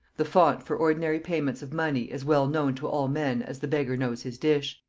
the font for ordinary payments of money as well known to all men as the beggar knows his dish.